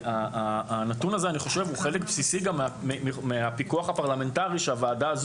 אני חושב שהנתון הזה הוא חלק בסיסי מהפיקוח הפרלמנטרי שהוועדה הזו